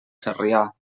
sarrià